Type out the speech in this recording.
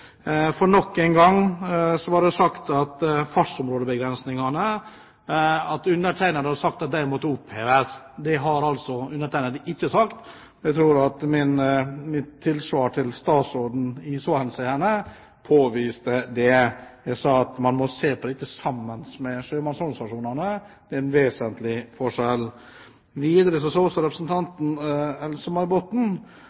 for nok en gang så ble det sagt at undertegnede har sagt at fartsområdebegrensningene må oppheves. Det har altså undertegnede ikke sagt. Jeg tror at mitt tilsvar til statsråden i så henseende viste det. Jeg sa at man må se på dette sammen med sjømannsorganisasjonene. Det er en vesentlig forskjell. Videre sa også